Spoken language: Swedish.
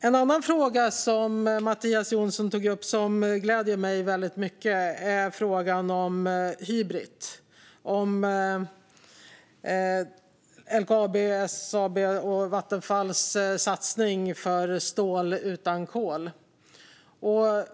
En annan fråga som Mattias Jonsson tog upp, som gläder mig väldigt mycket, är frågan om Hybrit, det vill säga LKAB:s, SSAB:s och Vattenfalls satsning på stål utan kol.